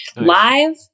Live